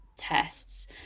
tests